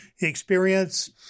experience